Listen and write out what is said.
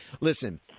listen